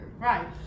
Right